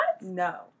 No